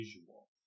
visual